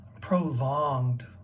prolonged